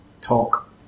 talk